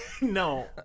No